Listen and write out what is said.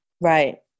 Right